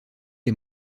les